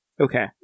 Okay